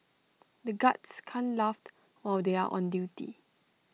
the guards can't laughed or they are on duty